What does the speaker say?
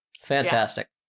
Fantastic